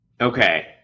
Okay